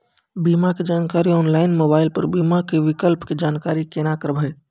बीमा के जानकारी ऑनलाइन मोबाइल पर बीमा के विकल्प के जानकारी केना करभै?